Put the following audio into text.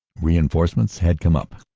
reinforcements had come up,